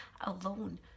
alone